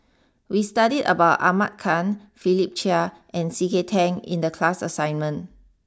we studied about Ahmad Khan Philip Chia and C K Tang in the class assignment